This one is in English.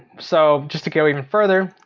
so just to go even further,